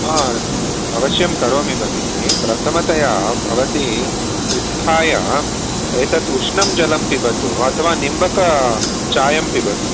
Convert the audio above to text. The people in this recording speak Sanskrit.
अवश्यं करोमि भगिनि प्रथमतया भवती उत्थाय एतत् उष्णं जलं पिबतु अथवा निम्बकचायं पिबतु